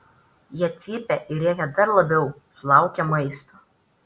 jie cypia ir rėkia dar labiau sulaukę maisto